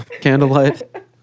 candlelight